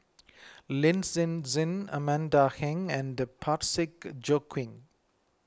Lin Hsin Hsin Amanda Heng and Parsick Joaquim